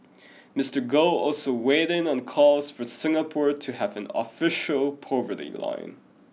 Mister Goh also weighed in on calls for Singapore to have an official poverty line